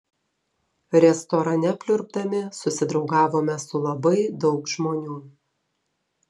restorane pliurpdami susidraugavome su labai daug žmonių